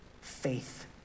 faith